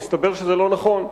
מסתבר שזה לא נכון.